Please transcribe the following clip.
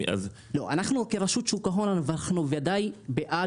אנחנו כרשות שוק ההון אנחנו ודאי בעד